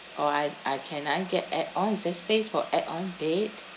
or I I can I get add-on is there space for add-on bed